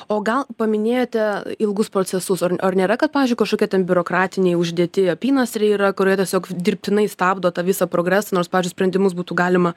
o gal paminėjote ilgus procesus o ar o ar nėra kad pavyzdžiui kažkokie ten biurokratiniai uždėti apynasriai yra kurie tiesiog dirbtinai stabdo tą visą progresą nors pavyzdžiui sprendimus būtų galima